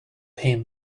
him